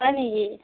হয় নেকি